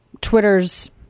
Twitter's